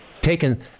taken